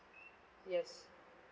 yes